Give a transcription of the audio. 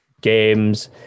games